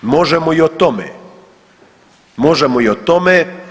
Možemo i o tome, možemo i tome.